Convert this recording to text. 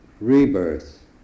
rebirth